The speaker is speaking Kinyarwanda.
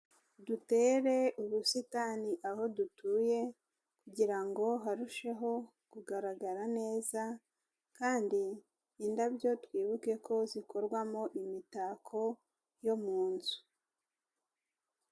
Dutere ubusitani aho dutuye kugira ngo harusheho kugaragara neza kandi indabyo twibuke ko zikorwamo imitako yo mu nzu.